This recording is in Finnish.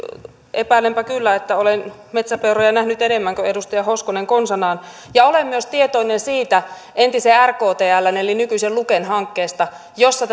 epäilenpä kyllä että olen metsäpeuroja nähnyt enemmän kuin edustaja hoskonen konsanaan ja olen myös tietoinen siitä entisen rktln eli nykyisen luken hankkeesta jossa